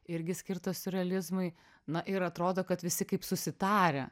irgi skirtus siurrealizmui na ir atrodo kad visi kaip susitarę